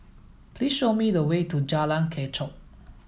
please show me the way to Jalan Kechot